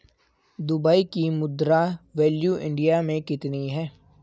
Dubai की मुद्रा value India मे कितनी है?